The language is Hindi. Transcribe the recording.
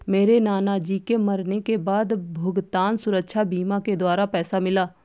मेरे नाना जी के मरने के बाद भुगतान सुरक्षा बीमा के द्वारा पैसा मिला